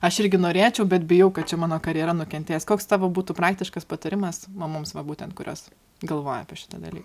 aš irgi norėčiau bet bijau kad čia mano karjera nukentės koks tavo būtų praktiškas patarimas mamoms va būtent kurios galvoja apie šitą dalyką